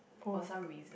for some reason